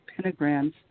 pentagrams